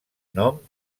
nom